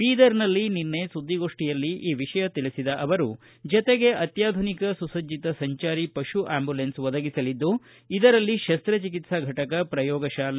ಬೀದರನಲ್ಲಿ ನಿನ್ನೆ ಸುದ್ದಿಗೋಷ್ಠಿಯಲ್ಲಿ ಈ ವಿಷಯ ತಿಳಿಸಿದ ಅವರು ಜತೆಗೆ ಅತ್ವಾಧುನಿಕ ಸುಸಜ್ಜಿತ ಸಂಚಾರಿ ಪಶು ಅಂಬ್ಯುಲೆನ್ಸ್ ಒದಗಿಸಲಿದ್ದು ಇದರಲ್ಲಿ ಶಸ್ತ ಚಿಕಿತ್ಸಾ ಘಟಕ ಪ್ರಯೋಗ ಶಾಲೆ